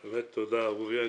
תודה, אורי.